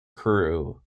crew